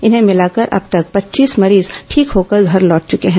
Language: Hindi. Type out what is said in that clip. इन्हें मिलाकर अब तक पच्चीस मरीज ठीक होकर घर लौट चुके हैं